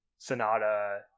Sonata